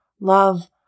love